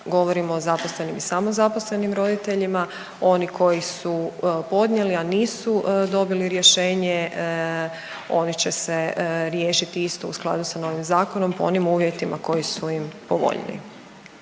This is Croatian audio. Govorim o zaposlenim i samozaposlenim roditeljima. Oni koji su podnijeli, a nisu dobili rješenje, oni će se riješiti isto u skladu sa novim zakonom po onim uvjetima koji su im povoljniji.